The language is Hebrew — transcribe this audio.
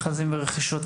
מכרזים ורכישות.